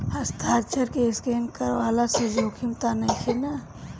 हस्ताक्षर के स्केन करवला से जोखिम त नइखे न?